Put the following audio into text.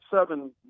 seven